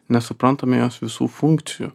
nesuprantame jos visų funkcijų